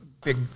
big